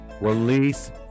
release